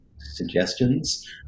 suggestions